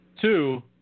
Two